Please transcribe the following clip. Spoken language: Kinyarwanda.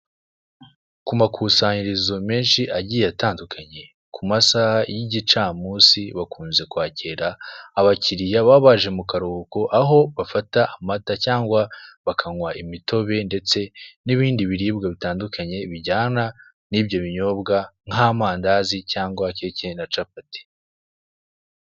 Ku makusanyirizo menshi agiye atandukanye ku masaha y'igicamunsi bakunze kwakira abakiriya baba baje mu karuhuko, aho bafata amata cyangwa bakanywa imitobe ndetse n'ibindi biribwa bitandukanye bijyana n'ibyo binyobwa nk'amandazi, keke na capati.